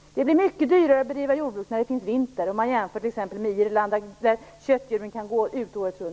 Det är mycket dyrare att bedriva jordbruk där det finns vinter. Man kan jämföra Sverige med t.ex. Irland, där köttdjuren kan gå ute året runt.